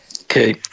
Okay